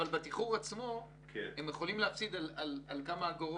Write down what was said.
אבל בתיחור עצמו הם יכולים להפסיד על כמה אגורות.